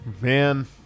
Man